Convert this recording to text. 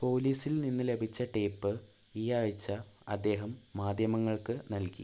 പോലീസിൽ നിന്ന് ലഭിച്ച ടേപ്പ് ഈ ആഴ്ച അദ്ദേഹം മാധ്യമങ്ങൾക്ക് നൽകി